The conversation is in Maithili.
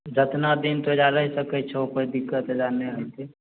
जेतना दिन तोरा रहि सकैत छहु कोइ दिक्कत बला नहि होयतै